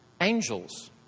angels